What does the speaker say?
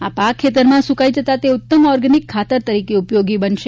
આ પાક ખેતરમાં સુકાઈ જતા તે ઉત્તમ ઓર્ગેનિક ખાતર તરીકે ઉપયોગી બનશે